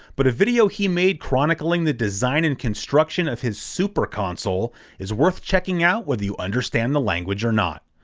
but a video he made chronicling the the design and construction of his super console is worth checking out whether you understand the language or not.